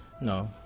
No